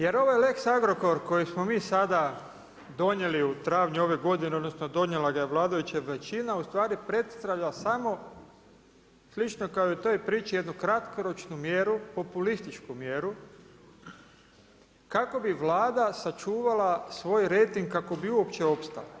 Jer ovaj lex Agrokor koji smo mi sada donijeli u travnju ove godine, odnosno donijela ga je vladajuća većina, ustvari predstavlja samo slično kao i u toj priči jednu kratkoročnu mjeru, populističku mjeru kako bi Vlada sačuvala svoj rejting kako bi uopće opstala.